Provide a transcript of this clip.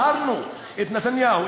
הזהרנו את נתניהו,